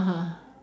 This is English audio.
(uh huh)